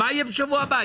מה יהיה בשבוע הבא?